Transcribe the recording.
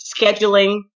scheduling